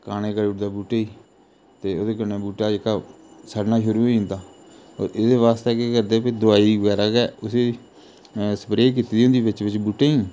काने करी ओह्दा बूहटे गी ते ओह्दे कन्नै बूहटा जेहका सड़ना शुरू होई जंदा होर एह्दे बास्तै केह् करदे कि दवाई बगैरा उसी स्प्रे कीती दी होंदी बिच्च बिच्च बूह्टें गी